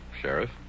Sheriff